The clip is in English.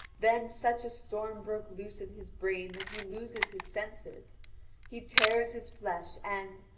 then such a storm broke loose in his brain that he loses his senses he tears his flesh and,